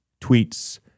tweets